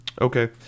Okay